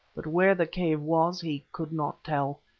but where the cave was he could not tell.